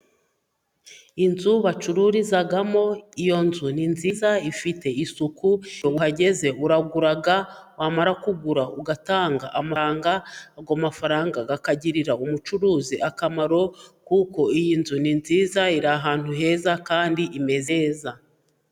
Inzu bacururizamo iyo nzu ni nziza ifite isuku iyo uhageze uragura wamara kugura ugatanga amafaranga. Ayo mafaranga akagirira umucuruzi akamaro kuko iyi nzu ni nziza iri ahantu heza kandi imeze neza.